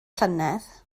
llynedd